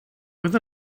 with